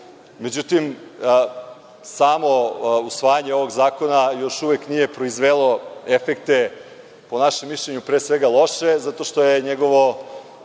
Međutim, samo usvajanje ovog zakona još uvek nije proizvelo efekte, po našem mišljenju, loše, zato što je njegovo